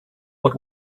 what